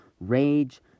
rage